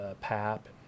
PAP